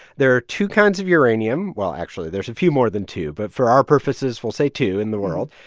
there are two kinds of uranium. well, actually, there's a few more than two, but for our purposes, we'll say two in the world.